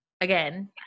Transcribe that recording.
Again